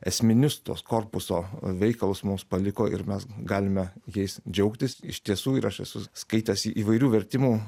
esminius tos korpuso veikalus mums paliko ir mes galime jais džiaugtis iš tiesų ir aš esu skaitęs įvairių vertimų